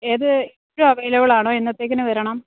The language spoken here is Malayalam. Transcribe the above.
ഏത് ഇപ്പം അവൈലബിൾ ആണോ എന്നത്തേക്ക് വരണം